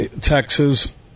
Texas